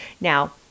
Now